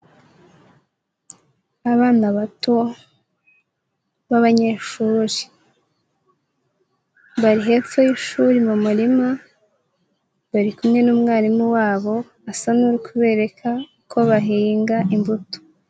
Abana bato b'abanyeshuri, bari hepfo y'ishuri mu murima, bari kumwe n'umwarimu wabo asa nk'uri kubereka ko bahinga imbuto.